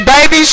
Baby